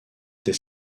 dès